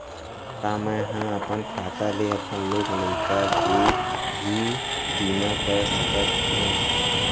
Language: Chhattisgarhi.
का मैं ह अपन खाता ले अपन लोग लइका के भी बीमा कर सकत हो